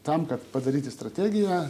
tam kad padaryti strategiją